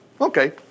Okay